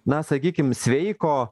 na sakykim sveiko